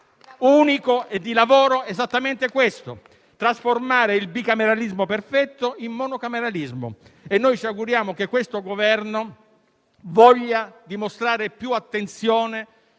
di lavoro esattamente questo: trasformare il bicameralismo perfetto in monocameralismo. Ci auguriamo che l'attuale Governo voglia dimostrare più attenzione